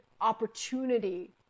opportunity